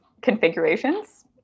configurations